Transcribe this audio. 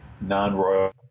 non-royal